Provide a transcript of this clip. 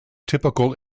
typical